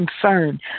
concern